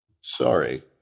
Sorry